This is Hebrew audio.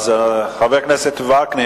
חבר הכנסת כהן,